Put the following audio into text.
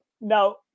now